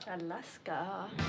Alaska